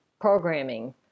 programming